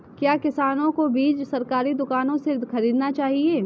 क्या किसानों को बीज सरकारी दुकानों से खरीदना चाहिए?